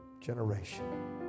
generation